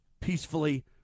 peacefully